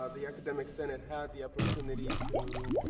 um the academic senate had the opportunity to